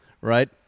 right